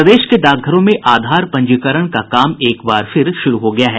प्रदेश के डाकघरों में आधार पंजीकरण का काम एक बार फिर शुरू हो गया है